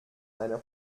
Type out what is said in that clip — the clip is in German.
einer